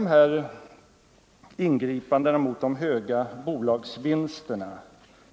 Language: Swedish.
Dessa ingripanden mot de höga bolagsvinsterna